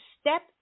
step